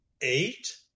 Eight